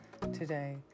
today